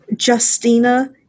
Justina